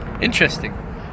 interesting